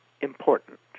important